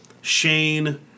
Shane